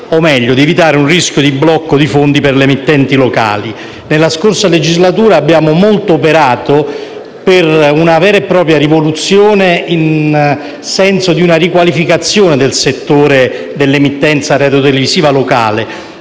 consente di evitare un rischio di blocco di fondi per le emittenti locali. Nella scorsa legislatura abbiamo molto operato per una vera e propria rivoluzione, nel senso di una riqualificazione del settore dell'emittenza radiotelevisiva locale,